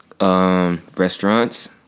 Restaurants